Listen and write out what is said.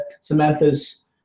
Samantha's